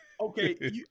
okay